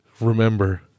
remember